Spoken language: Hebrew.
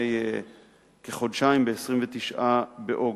לפני כחודשיים, ב-29 באוגוסט.